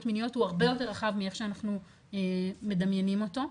מיניות הוא הרבה יותר רחב מאיך שאנחנו מדמיינים אותו.